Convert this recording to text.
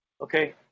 Okay